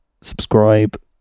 subscribe